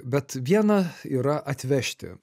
bet viena yra atvežti